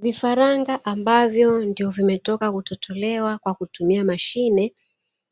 Vifaranga ambavyo ndio vimetoka kutotolewa kwa kutumia mashine